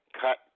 cut